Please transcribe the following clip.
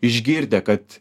išgirdę kad